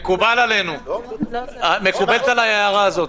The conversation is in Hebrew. מקובלת עליי ההערה הזאת.